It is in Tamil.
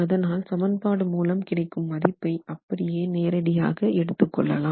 அதனால் சமன்பாடு மூலம் கிடைக்கும் மதிப்பை அப்படியே நேரடியாக எடுத்து கொள்ளலாம்